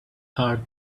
heart